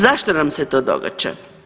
Zašto nam se to događa?